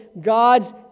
God's